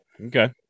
Okay